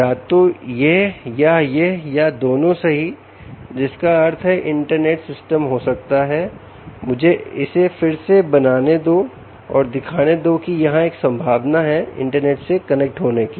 या तो यह या यह या दोनों सही जिसका अर्थ है इंटरनेट सिस्टम हो सकता है मुझे इसे फिर से बनाने दो और दिखाने दो की यहां एक संभावना है इंटरनेट से कनेक्ट होने की